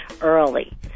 early